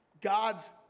God's